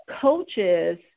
coaches